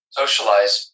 socialize